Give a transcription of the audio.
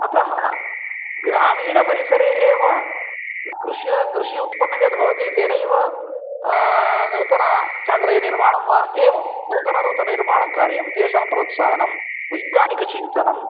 अतः ग्रामीणपरिसरे एव कृषि उत्पन्नं यद्भवति तेनैव नूतना चाकलेह्निर्माणं वा एवं नूतननूतन्निर्माणं कार्यं तेषां प्रोत्साहनं वैज्ञानिकचिन्तनम्